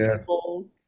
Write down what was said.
people